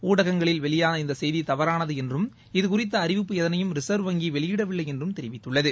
ஊடகங்களில் வெளியான இந்த செய்தி தவறானது என்றும் இது குறித்த அறிவிப்பு எதனையும் ரிசர்வ் வங்கி வெளியிடவில்லை என்றும் தெரிவித்துள்ளது